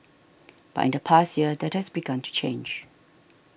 but in the past year that has begun to change